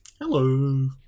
Hello